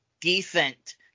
decent